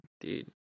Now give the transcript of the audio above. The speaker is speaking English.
dude